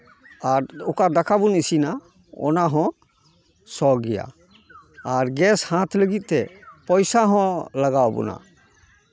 ᱟᱨ ᱚᱠᱟ ᱫᱟᱠᱟ ᱵᱚᱱ ᱤᱥᱤᱱᱟ ᱚᱱᱟᱦᱚᱸ ᱥᱚ ᱜᱮᱭᱟ ᱟᱨ ᱜᱮᱥ ᱦᱟᱛᱟᱣ ᱞᱟᱹᱜᱤᱫᱼᱛᱮ ᱯᱟᱭᱥᱟ ᱦᱚᱸ ᱞᱟᱜᱟᱣ ᱟᱵᱚᱱᱟ